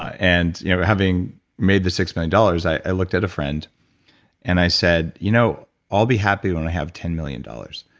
and you know, having made the six million dollars, i looked at a friend and i said, you know, i'll be happy when i have ten million dollars.